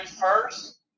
first